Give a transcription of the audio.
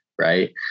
Right